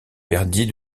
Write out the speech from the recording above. perdit